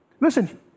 Listen